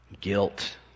guilt